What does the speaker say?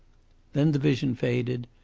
then the vision faded,